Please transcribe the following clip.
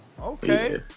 okay